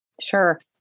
Sure